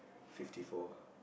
fifty four